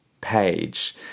page